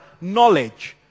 knowledge